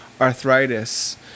arthritis